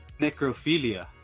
necrophilia